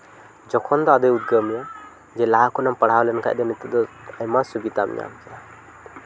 ᱡᱚᱠᱷᱚᱱ ᱫᱚ ᱟᱫᱚᱭ ᱩᱫᱽᱜᱟᱹᱣ ᱢᱮᱭᱟ ᱡᱮ ᱞᱟᱦᱟ ᱠᱷᱚᱱᱮᱢ ᱯᱟᱲᱦᱟᱣ ᱞᱮᱱᱠᱷᱟᱱ ᱫᱚ ᱱᱤᱛᱚᱜ ᱫᱚ ᱟᱭᱢᱟ ᱥᱩᱵᱤᱫᱷᱟᱢ ᱧᱟᱢ ᱠᱮᱭᱟ